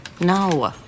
No